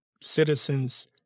citizens